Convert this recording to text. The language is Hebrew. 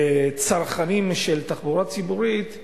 בצרכנים של תחבורה ציבורית,